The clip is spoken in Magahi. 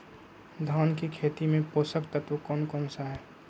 धान की खेती में पोषक तत्व कौन कौन सा है?